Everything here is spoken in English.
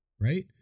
right